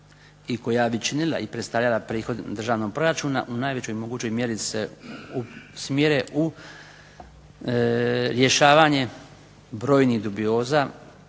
i koja bi činila i predstavljala prihod državnog proračuna u najvećoj mogućoj mjeri se usmjere u rješavanje brojnih dubioza